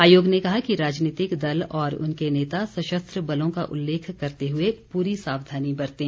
आयोग ने कहा कि राजनीतिक दल और उनके नेता सशस्त्र बलों का उल्लेख करते हुए पूरी सावधानी बरतें